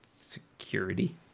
security